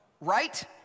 Right